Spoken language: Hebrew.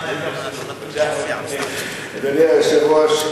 אדוני היושב-ראש,